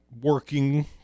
working